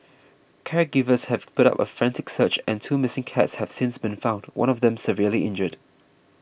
caregivers have put up a frantic search and two missing cats have since been found one of them severely injured